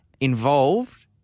Involved